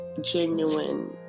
genuine